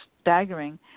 staggering